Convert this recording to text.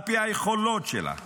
על פי היכולות שלה.